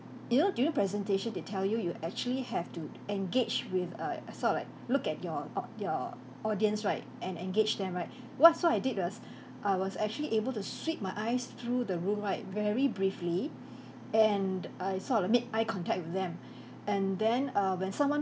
you know during presentation they tell you you actually have to engage with a a sort of like look at your au~ your audience right and engage them right !wah! so I did was I was actually able to sweep my eyes through the room right very briefly and I sort of made eye contact with them and then err when someone